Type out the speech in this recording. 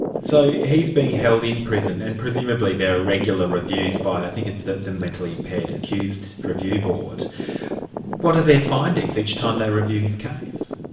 so he's being held in prison, and presumably there are regular reviews by i think it's the the mentally impaired accused review board what are their findings each time they review his case?